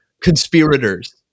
conspirators